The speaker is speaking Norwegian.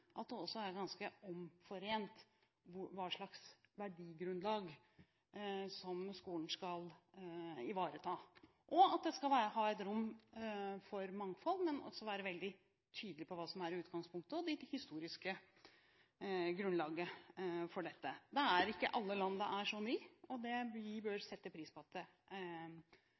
at det er ganske omforent hva slags verdigrunnlag skolen skal ivareta, og at det skal være rom for mangfold, men at man også er veldig tydelig på hva som er utgangspunktet og det historiske grunnlaget for dette. Det er ikke slik i alle land. Vi bør sette pris på at det er